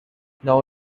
now